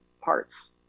parts